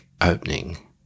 opening